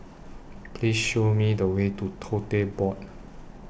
Please Show Me The Way to Tote Board